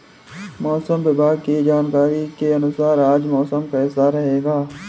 मौसम विभाग की जानकारी के अनुसार आज मौसम कैसा रहेगा?